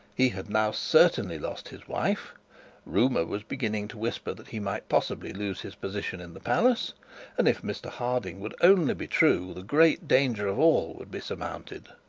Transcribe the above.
he had now certainly lost his wife rumour was beginning to whisper that he might possibly lose his position in the palace and if mr harding would only be true, the great danger of all would be surmounted.